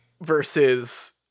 versus